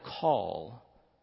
call